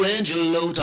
Angelo